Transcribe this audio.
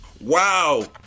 Wow